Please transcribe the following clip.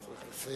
אתה צריך לסיים.